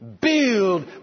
Build